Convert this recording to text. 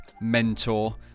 mentor